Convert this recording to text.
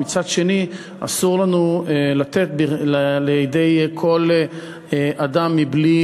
ומצד שני, אסור לנו לתת נשק לידי כל אדם בלי